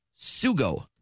Sugo